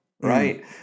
right